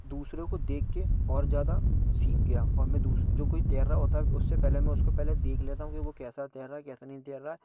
दूसरों को देखकर और ज्यादा सीख गया और मैं दूस जो कोई तैर रहा होता है उससे पहले मैं उसको पहले देख लेता हूँ कि वो कैसा तैर रहा है कैसा नहीं तैर रहा है